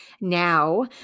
now